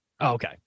Okay